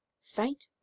faint